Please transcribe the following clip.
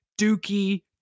Dookie